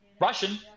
Russian